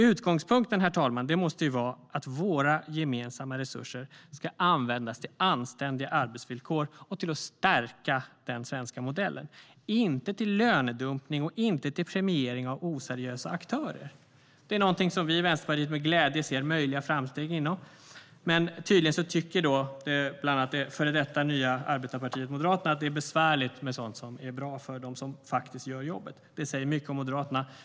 Utgångspunkten måste vara att våra gemensamma resurser ska användas till anständiga arbetsvillkor och till att stärka den svenska modellen, inte till lönedumpning och premiering av oseriösa aktörer. Vänsterpartiet ser med glädje möjliga framsteg inom detta område, men tydligen tycker det före detta nya arbetarpartiet Moderaterna att det är besvärligt med sådant som är bra för dem som faktiskt gör jobbet. Det säger mycket om Moderaterna.